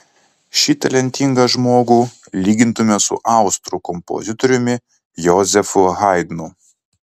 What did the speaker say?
šį talentingą žmogų lygintume su austrų kompozitoriumi jozefu haidnu